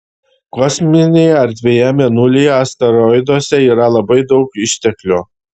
kosminėje erdvėje mėnulyje asteroiduose yra labai daug išteklių